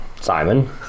Simon